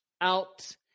out